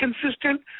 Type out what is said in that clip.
consistent